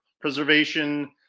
Preservation